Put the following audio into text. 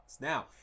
Now